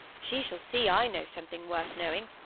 she shall see i know something worth knowing,